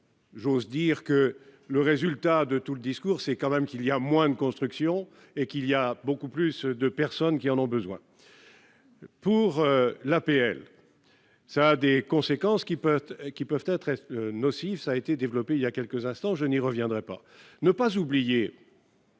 J'ose dire que le résultat de tout le discours, c'est quand même qu'il y a moins de construction et qu'il y a beaucoup plus de personnes qui en ont besoin. Pour l'APL, ça a des conséquences qui peuvent, qui peuvent être nocifs, ça a été développée, il y a quelques instants, je n'y reviendrai pas, ne pas oublier.